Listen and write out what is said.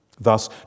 Thus